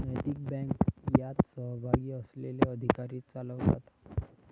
नैतिक बँक यात सहभागी असलेले अधिकारी चालवतात